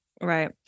Right